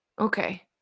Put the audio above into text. okay